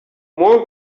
more